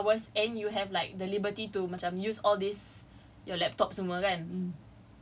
cause they know we have twenty four hours and you have like the liberty to cam use all these